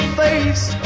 face